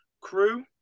crew